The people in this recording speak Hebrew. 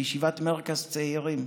בישיבת מרכז צעירים,